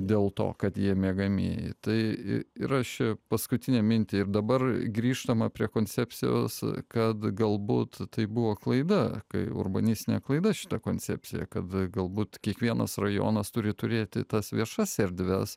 dėl to kad jie miegamieji tai yra ši paskutinę mintį ir dabar grįžtama prie koncepcijos kad galbūt tai buvo klaida kai urbanistinė klaida šita koncepcija kad galbūt kiekvienas rajonas turi turėti tas viešas erdves